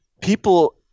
People